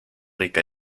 rica